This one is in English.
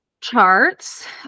charts